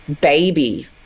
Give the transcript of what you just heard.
baby